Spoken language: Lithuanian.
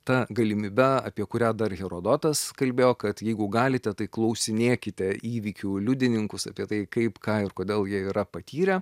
ta galimybe apie kurią dar herodotas kalbėjo kad jeigu galite tai klausinėkite įvykių liudininkus apie tai kaip ką ir kodėl jie yra patyrę